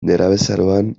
nerabezaroan